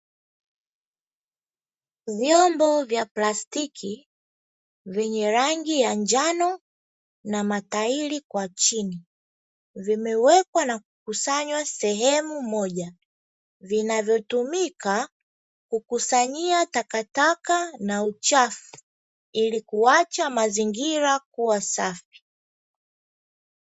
Vyombo vya plastiki vyenye rangi ya njano na matairi kwa chini, vimewekwa na kukusanywa sehemu moja vinavyotumika kukusanyia takataka na uchafu ili kuacha mazingira kuwa safi.